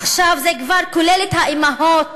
עכשיו זה כבר כולל את האימהות